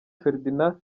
ferdinand